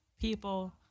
People